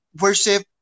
worship